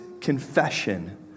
confession